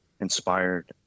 inspired